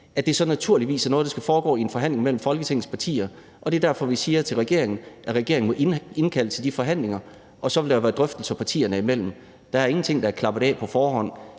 er det naturligvis noget, der skal foregå i en forhandling mellem Folketingets partier, og det er derfor, vi siger til regeringen, at regeringen må indkalde til de forhandlinger, og så vil der være drøftelser partierne imellem. Der er ingenting, der er klappet af på forhånd.